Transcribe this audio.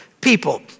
people